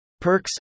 Perks